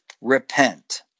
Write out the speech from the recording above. Repent